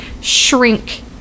shrink